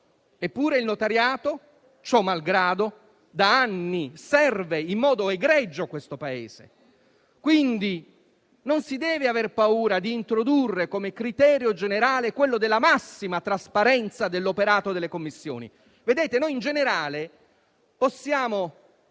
Eppure, il notariato, ciò malgrado, da anni serve in modo egregio questo Paese. Quindi, non si deve aver paura di introdurre, come criterio generale, quello della massima trasparenza dell'operato delle commissioni. Noi, in generale, possiamo